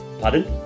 Pardon